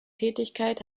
tätigkeit